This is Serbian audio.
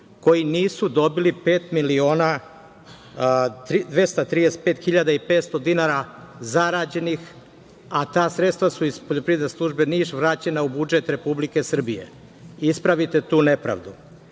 koji nisu dobili pet miliona 235 hiljada i petsto dinara zarađenih, a ta sredstva su iz poljoprivredne službe Niš vraćena u budžet Republike Srbije. Ispravite tu nepravdu,